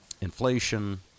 inflation